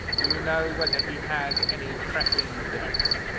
do you know whether he has any pressing debts?